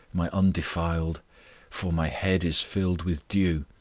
my undefiled for my head is filled with dew,